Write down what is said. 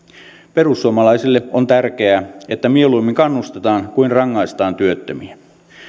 perussuomalaisille on tärkeää että mieluummin kannustetaan kuin rangaistaan työttömiä